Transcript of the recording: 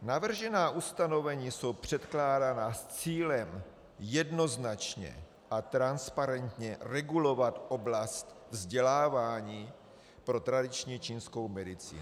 Navržená ustanovení jsou předkládaná s cílem jednoznačně a transparentně regulovat oblast vzdělávání pro tradiční čínskou medicínu.